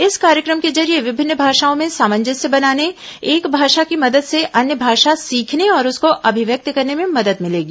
इस कार्यक्रम के जरिये विभिन्न भाषाओं में सामंजस्य बनाने एक भाषा की मदद से अन्य भाषा सीखने और उसको अभिव्यक्त करने में मदद मिलेगी